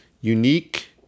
Unique